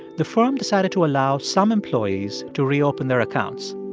the firm decided to allow some employees to reopen their accounts.